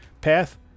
path